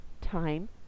time